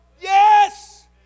Yes